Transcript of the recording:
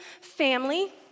family